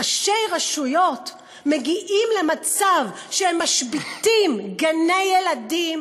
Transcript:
ראשי רשויות מגיעים למצב שהם משביתים גני-ילדים,